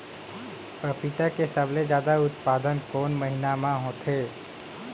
पपीता के सबले जादा उत्पादन कोन महीना में होथे?